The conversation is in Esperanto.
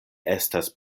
estas